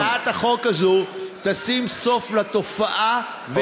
הצעת החוק הזאת תשים סוף לתופעה, אוקיי.